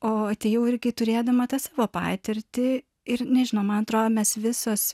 o atėjau irgi turėdama tą savo patirtį ir nežinau man atrodo mes visos